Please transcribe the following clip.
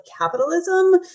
capitalism